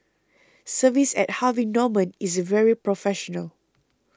service at Harvey Norman is very professional